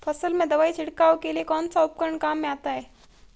फसल में दवाई छिड़काव के लिए कौनसा उपकरण काम में आता है?